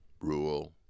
rule